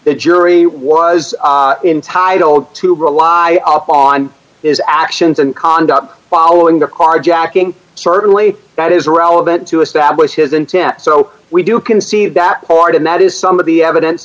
the jury was d intitled to rely upon his actions and conduct following the carjacking certainly that is relevant to establish his intent so we do can see that part and that is some of the evidence